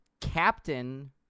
Captain